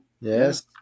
Yes